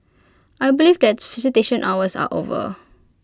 I believe that visitation hours are over